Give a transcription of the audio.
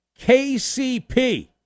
KCP